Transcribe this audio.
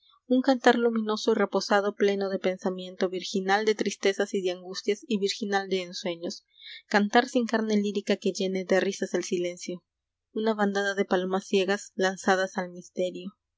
un cantar luminoso y reposado pleno de pensamiento virginal de tristezas y de angustias y virginal de ensueños i antar sin carne lírica que llene de risas el silencio i una